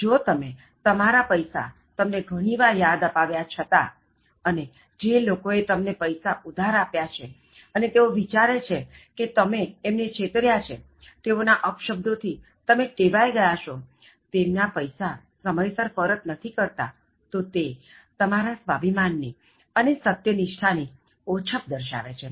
જો તમે તમારા પૈસા તમને ઘણી વાર યાદ અપાવ્યા છતાં અને જે લોકોએ તમને પૈસા ઉધાર આપ્યા છે અને તેઓ વિચારે છે કે તમે એમને છેતર્યા છે તેઓ ના અપશબ્દો થી તમે ટેવાઇ ગયા છો અને તેમના પૈસા સમયસર પરત નથી કરતા તે તમારા સ્વાભિમાન ની અને સત્ય નિષ્ઠા ની ઓછપ દર્શાવે છે